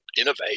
innovate